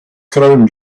crown